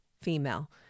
female